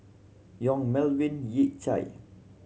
Yong Melvin Yik Chye